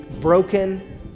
broken